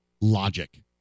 logic